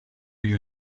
you